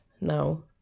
now